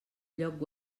lloc